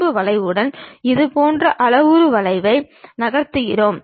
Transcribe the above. இந்த முழு பாடத்திலும் பல தோற்ற எறிய வரைபடங்களில் முக்கியமாக கவனம் செலுத்துவோம்